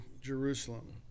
jerusalem